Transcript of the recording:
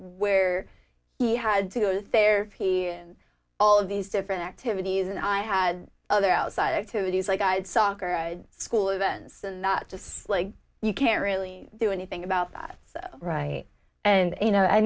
where he had to go to therapy and all of these different activities and i had other outside activities like i had soccer school events and that just like you can't really do anything about that right and you know i